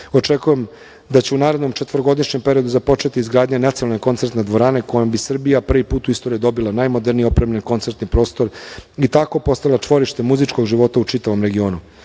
Očekujem da će u narednom četvorogodišnjem periodu započeti izgradnja nacionalne koncerte dvorane kojim bi Srbija prvi put u istoriji dobila najmoderniji opremljen koncertni prosto i tako postala čvorište muzičkog života u čitavog regionu.U